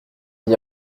n’y